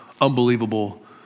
unbelievable